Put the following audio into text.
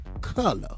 color